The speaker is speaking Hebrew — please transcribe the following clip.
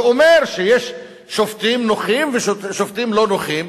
ואומר שיש שופטים נוחים ושופטים לא נוחים.